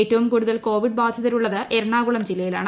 ഏറ്റവും കൂടുതൽ കോവിഡ് ബാധിതരുള്ളത് എറണാകുളം ജില്ലയാണ്